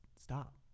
stop